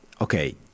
okay